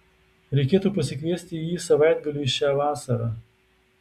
reikėtų pasikviesti jį savaitgaliui šią vasarą